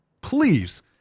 Please